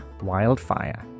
wildfire